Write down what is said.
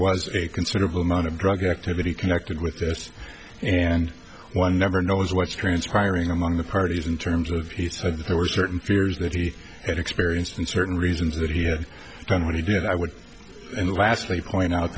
was a considerable amount of drug activity connected with this and one never knows what's transpiring among the parties in terms of he said that there were certain fears that he had experienced in certain reasons that he had done what he did i would and lastly point out